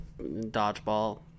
dodgeball